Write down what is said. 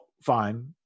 fine